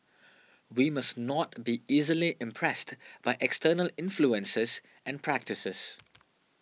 we must not be easily impressed by external influences and practices